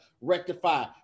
rectify